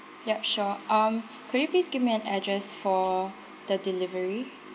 yup sure um could you please give me an address for the delivery